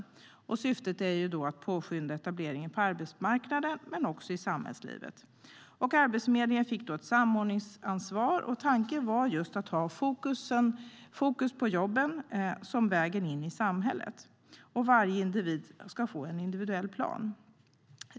Syftet är att påskynda etableringen på arbetsmarknaden men också i samhällslivet. Arbetsförmedlingen fick då ett samordningsansvar, och tanken var just att ha fokus på jobben som vägen in i samhället. Varje individ skulle få en individuell plan.